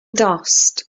dost